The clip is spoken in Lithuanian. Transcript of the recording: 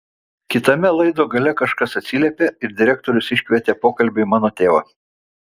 kitame laido gale kažkas atsiliepė ir direktorius iškvietė pokalbiui mano tėvą